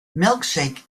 milkshake